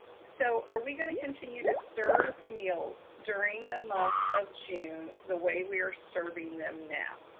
so are we gonna continue to serve meals during the month of june the way we are serving them now?